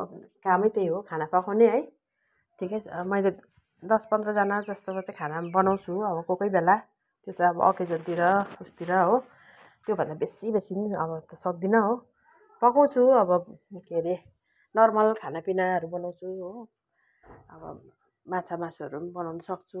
अब कामै त्यही हो खाना पकाउने है ठिकै छ मैले दस पन्ध्रजना जस्तोको चाहिँ खाना बनाउँछु अब कोही कोही बेला त्यो चाहिँ अब अफिसहरूतिर उसतिर हो त्योभन्दा बेसी बेसी पनि अब त सक्दिनँ हो पकाउँछु अब के अरे नर्मल खानापिनाहरू बनाउँछु हो अब माछामासुहरू पनि बनाउनसक्छु